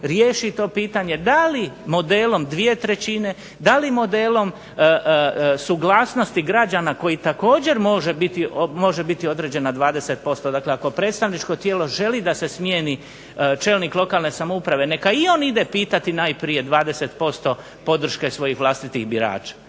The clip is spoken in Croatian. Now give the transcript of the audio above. riješi to pitanje da li modelom dvije trećine, da li modelom suglasnosti građana koji također može biti određen na 20%. Dakle, ako predstavničko tijelo želi da se smjeni čelnik lokalne samouprave neka i on ide pitati najprije 20% podrške svojih vlastitih birača.